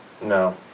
No